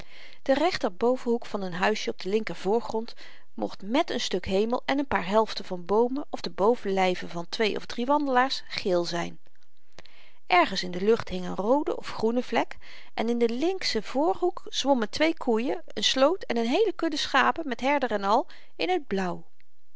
de rechter bovenhoek van n huisjen op den linker voorgrond mocht mèt n stuk hemel en n paar helften van boomen of de bovenlyven van twee of drie wandelaars geel zyn ergens in de lucht hing n roode of groene vlek en in den linkschen vrhoek zwommen twee koeien n sloot en n heele kudde schapen met herder en al in t blauw